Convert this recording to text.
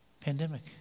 pandemic